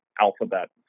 Alphabet